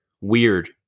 weird